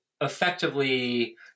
effectively